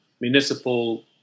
municipal